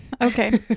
Okay